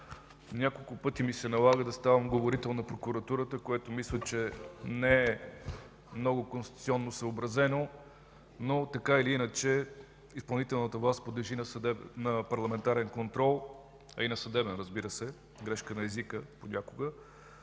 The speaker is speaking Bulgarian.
Няколко пъти ми се налага да ставам говорител на прокуратурата, което мисля, че не е много конституционно съобразено, но, така или иначе, изпълнителната власт подлежи на парламентарен контрол. В крайна сметка много